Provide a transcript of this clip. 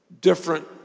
different